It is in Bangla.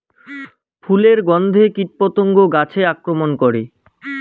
ফুলের গণ্ধে কীটপতঙ্গ গাছে আক্রমণ করে?